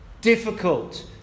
difficult